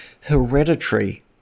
hereditary